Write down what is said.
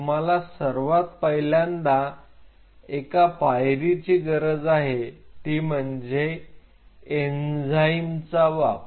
तुम्हाला सर्वात पहिल्यांदा एका पायरी ची गरज आहे ती म्हणजे एन्झाईमचा वापर